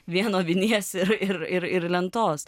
vieno vinies ir ir ir lentos